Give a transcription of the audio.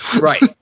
right